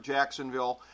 Jacksonville